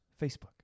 Facebook